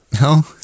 No